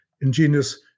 ingenious